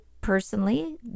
personally